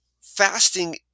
fasting